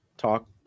Talk